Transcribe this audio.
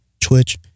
twitch